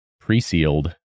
pre-sealed